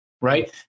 right